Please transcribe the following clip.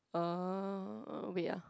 err wait ah